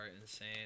insane